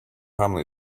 family